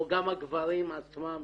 או גם הגברים עצמם